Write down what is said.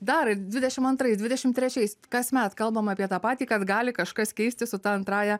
dar dvidešimt antrais dvidešimt trečiais kasmet kalbama apie tą patį kad gali kažkas keistis su ta antrąja